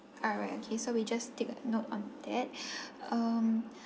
all right okay so we just take a note on that um